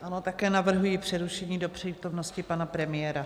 Ano, také navrhuji přerušení do přítomnosti pana premiéra.